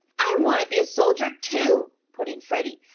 i want to be a soldier, too, put in freddie.